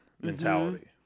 mentality